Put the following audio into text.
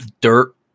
dirt